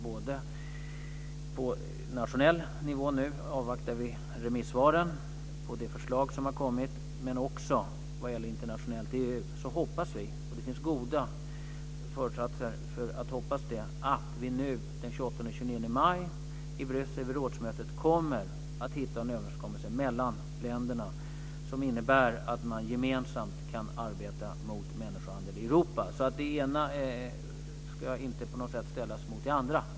På nationell nivå avvaktar vi nu remissvaren på det förslag som har kommit. Vad gäller EU hoppas vi - och det finns goda förutsättningar för det - att den 28-29 maj vid rådsmötet i Bryssel kunna komma fram till en överenskommelse mellan länderna innebärande att man gemensamt kan arbeta mot människohandel i Europa. Det ena ska alltså absolut inte på något sätt ställas mot det andra.